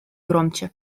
громче